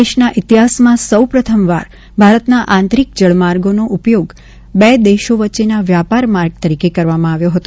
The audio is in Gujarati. દેશના ઇતિહાસમાં સૌપ્રથમવાર ભારતના આંતરિક જળમાર્ગોનો ઉપયોગ બે દેશો વચ્ચેના વ્યાપાર માર્ગ તરીકે કરવામાં આવ્યો હતો